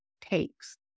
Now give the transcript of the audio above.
takes